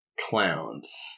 Clowns